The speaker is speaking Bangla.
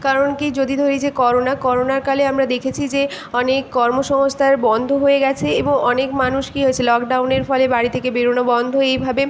কারণ কী যদি ধরি যে করোনা করোনার কালে আমরা দেখেছি যে অনেক কর্মসংস্থার বন্ধ হয়ে গিয়েছে এবং অনেক মানুষ কী হয়েছে লকডাউনের ফলে বাড়ি থেকে বেরোনো বন্ধ এইভাবে